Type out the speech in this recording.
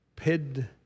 Pid